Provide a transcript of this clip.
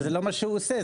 אבל זה לא מה שהוא עושה.